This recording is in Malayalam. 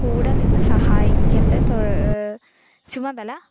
കൂടെ നിന്ന് സഹായിക്കേണ്ട തൊ ചുമതല